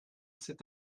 cet